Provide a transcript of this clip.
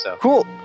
Cool